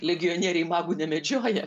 legionieriai magų nemedžioja